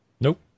Nope